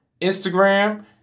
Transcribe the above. Instagram